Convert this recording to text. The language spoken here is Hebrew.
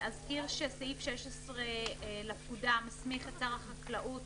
אזכיר שסעיף 16 לפקודה הסמיך את שר החקלאות